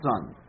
son